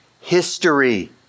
history